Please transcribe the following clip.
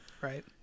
right